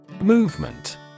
Movement